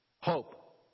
Hope